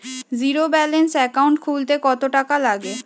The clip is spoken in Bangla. জীরো ব্যালান্স একাউন্ট খুলতে কত টাকা লাগে?